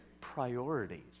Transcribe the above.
priorities